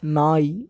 நாய்